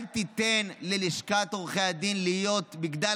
אל תיתן ללשכת עורכי הדין להיות מגדל